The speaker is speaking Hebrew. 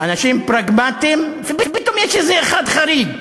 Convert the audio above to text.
אנשים פרגמטים, ופתאום יש איזה אחד חריג.